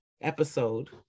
episode